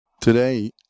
Today